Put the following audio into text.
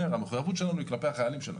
המחויבות שלנו היא כלפי החיילים שלנו.